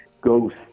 ghost